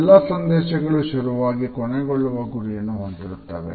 ಎಲ್ಲಾ ಸಂದೇಶಗಳು ಶುರುವಾಗಿ ಕೊನೆಗೊಳ್ಳುವ ಗುರಿಯನ್ನು ಹೊಂದಿರುತ್ತದೆ